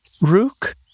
Rook